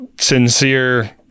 sincere